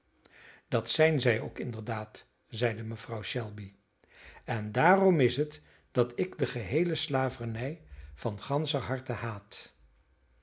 dat zijn zij ook inderdaad zeide mevrouw shelby en daarom is het dat ik de geheele slavernij van ganscher harte haat